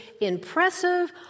impressive